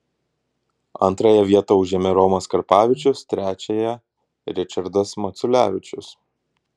antrąją vietą užėmė romas karpavičius trečiąją ričardas maculevičius